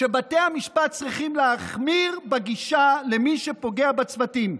שבתי המשפט צריכים להחמיר בגישה כלפי מי שפוגע בצוותים.